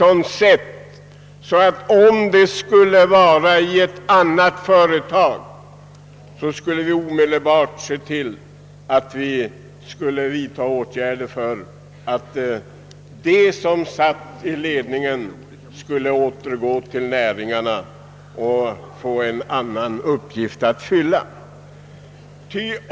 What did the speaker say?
Men om dessa förhållanden skulle råda i ett företag skulle man omedelbart vidtaga åtgärder för att de som satt i ledningen skulle återgå till näringarna och få en annan uppgift att fylla.